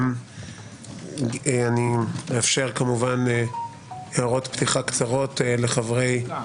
אני אאפשר כמובן הערות פתיחה קצרות לחברי האופוזיציה.